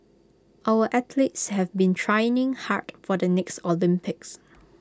our athletes have been training hard for the next Olympics